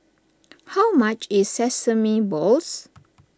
how much is Sesame Balls